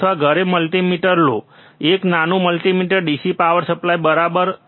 અથવા ઘરે મલ્ટિમીટર લો એક નાનું મલ્ટિમીટર DC પાવર સપ્લાય બરાબર